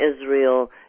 Israel